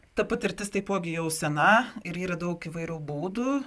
ta patirtis taipogi jau sena ir yra daug įvairių būdų